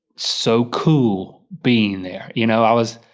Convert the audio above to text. so cool being there. you know, i was,